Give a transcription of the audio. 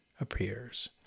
appears